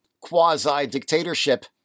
quasi-dictatorship